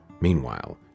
Meanwhile